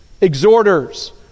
exhorters